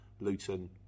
Luton